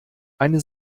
eine